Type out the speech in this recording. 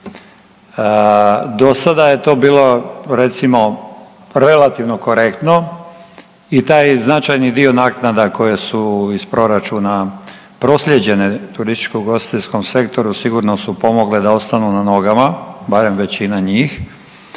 Do sada je to bilo recimo relativno korektno i taj značajni dio naknada koje su iz proračuna proslijeđene turističko ugostiteljskom sektoru sigurno su pomogle da ostanu na nogama, barem većina njih,